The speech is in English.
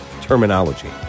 terminology